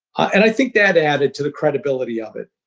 i think that added to the credibility of it.